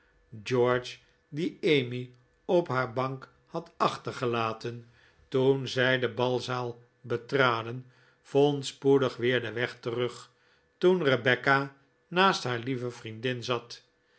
george die emmy op haar bank had achtergelaten toen zij de balzaal betraden vond spoedig weer den weg terug toen rebecca naast haar lieve vriendin zat